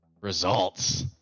results